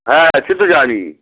হ্যাঁ সে তো জানি